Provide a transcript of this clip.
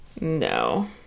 No